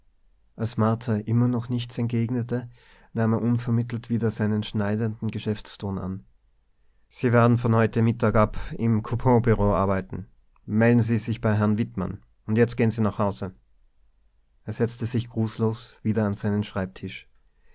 als martha immer noch nichts entgegnete nahm er unvermittelt wieder seinen schneidenden geschäftston an sie werden von heute mittag ab im couponbureau arbeiten melden sie sich bei herrn wittmann und jetzt gehen sie sofort nach hause er setzte sich grußlos wieder an seinen schreibtisch